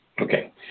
Okay